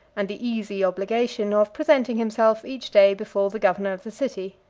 and the easy obligation of presenting himself each day before the governor of the city.